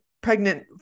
pregnant